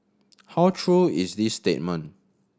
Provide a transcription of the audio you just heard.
how true is this statement